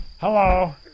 Hello